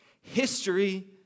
History